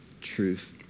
truth